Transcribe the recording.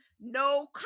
no